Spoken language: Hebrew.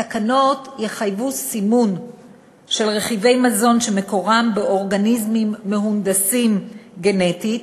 התקנות יחייבו סימון של רכיבי מזון שמקורם באורגניזמים מהונדסים גנטית,